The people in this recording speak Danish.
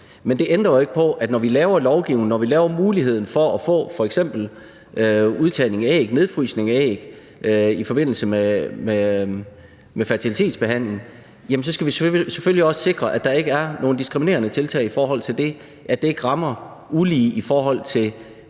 Men det ændrer jo ikke på, at når vi laver lovgivning, når vi laver muligheden for f.eks. udtagning af æg og nedfrysning af æg i forbindelse med fertilitetsbehandling, så skal vi selvfølgelig også sikre, at der ikke er nogen diskriminerende tiltag i forhold til, at det ikke rammer ulige i forhold til